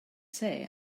say